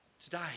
today